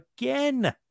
again